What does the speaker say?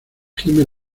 gime